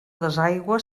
desaigüe